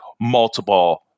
multiple